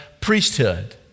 priesthood